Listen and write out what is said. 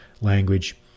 language